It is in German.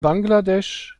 bangladesch